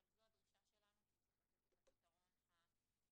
אבל זו הדרישה שלנו והוא צריך לתת את הפתרון המקצועי.